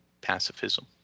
pacifism